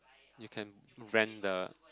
you can rent the